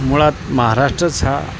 मुळात महाराष्ट्रच हा